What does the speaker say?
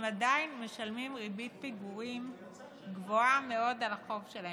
הם עדיין משלמים ריבית פיגורים גבוהה מאוד על החוב שלהם.